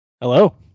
Hello